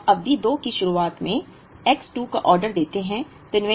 अब हम अवधि 2 की शुरुआत में X 2 का ऑर्डर देते हैं